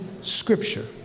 scripture